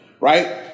right